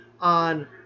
on